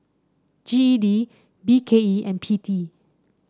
G E D B K E and P T